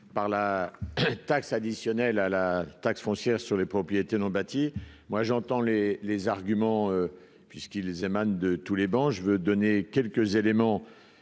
par la taxe additionnelle à la taxe foncière sur les propriétés non bâties, moi j'entends les les arguments puisqu'il émane de tous les bancs, je veux donner quelques éléments,